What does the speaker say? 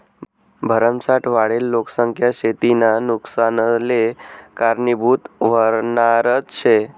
भरमसाठ वाढेल लोकसंख्या शेतीना नुकसानले कारनीभूत व्हनारज शे